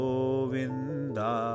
Govinda